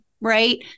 right